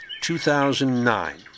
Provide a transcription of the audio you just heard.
2009